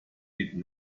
did